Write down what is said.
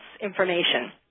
information